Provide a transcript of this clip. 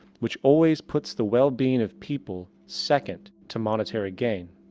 which always put's the well-being of people second to monetary gain.